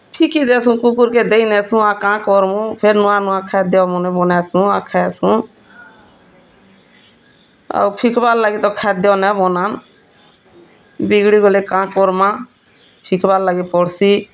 ଫିକି ଦେସୁଁ କୁକୁର୍ କେ ଦେଇ ଦେସୁଁ କାଁ କର୍ମୁଁ ନୂଆ ଖାଦ୍ୟ ପୁନି ବାନାସୁଁ ଆର୍ ଖାଏସୁଁ ଆଉ ଫିକ୍ବାର୍ ଲାଗି ତ ଖାଦ୍ୟ ନାଇ ବନାନ୍ ବିଗିଡ଼ି ଗଲେ ଆମେ କାଏଁ କର୍ମା ଫିକ୍ବାର୍ ଲାଗି ପଡ଼୍ସିଁ